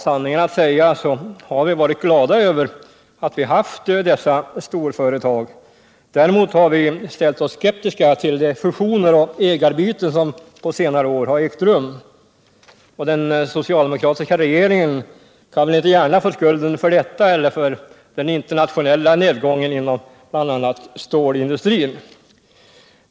Sanningen att säga har vi varit glada över att vi har haft dessa storföretag. Däremot har vi ställt oss skeptiska till de fusioner och ägarbyten som på senare år har ägt rum. Den socialdemokratiska regeringen kan väl inte gärna få skulden för detta eller för den internationella nedgången inom bl.a. stålindustrin.